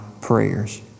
prayers